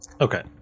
Okay